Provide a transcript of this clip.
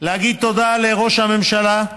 להגיד תודה לראש הממשלה,